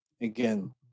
Again